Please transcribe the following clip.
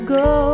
go